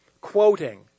Quoting